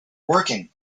working